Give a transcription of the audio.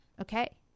Okay